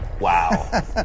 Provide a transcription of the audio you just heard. Wow